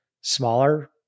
smaller